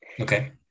okay